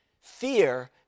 fear